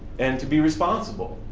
and to be responsible,